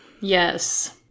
Yes